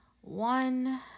one